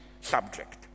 subject